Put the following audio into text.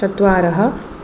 चत्वारः